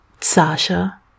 sasha